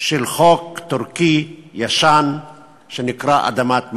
של חוק טורקי ישן לאדמת "מוואת".